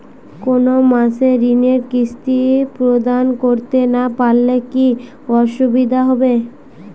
কোনো মাসে ঋণের কিস্তি প্রদান করতে না পারলে কি অসুবিধা হবে?